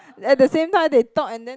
at the same time they talk and then